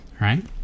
right